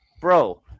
bro